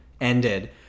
ended